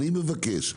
אני מבקש,